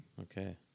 Okay